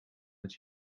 het